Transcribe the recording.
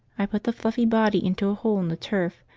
i put the fluffy body into a hole in the turf,